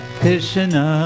Krishna